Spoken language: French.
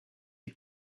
est